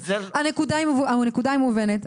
הנקודה היא מובנת,